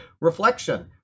Reflection